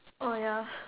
oh ya